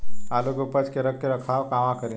आलू के उपज के रख रखाव कहवा करी?